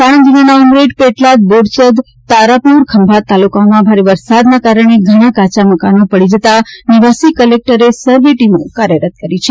સાણંદ જિલ્લાના ઉમરેઠ પેટલાદ બોરસદ તારાપુર ખંભાત તાલુકાઓમાં ભારે વરસાદના કારણે ઘણા કાચા મકાનો પડી જતા નિવાસી કલેકટરે સર્વે ટીમો કાર્યરત કરી છે